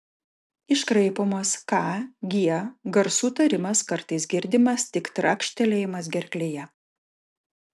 iškraipomas k g garsų tarimas kartais girdimas tik trakštelėjimas gerklėje